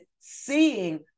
seeing